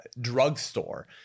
drugstore